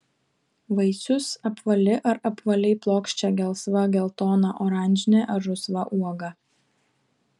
vaisius apvali ar apvaliai plokščia gelsva geltona oranžinė ar rusva uoga